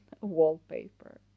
wallpaper